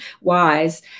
wise